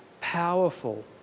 powerful